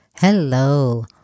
Hello